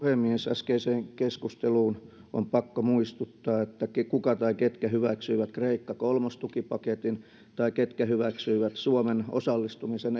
äskeiseen keskusteluun on pakko muistuttaa siitä kuka tai ketkä hyväksyivät kreikka kolmostukipaketin tai ketkä hyväksyivät suomen osallistumisen